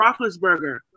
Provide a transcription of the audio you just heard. Roethlisberger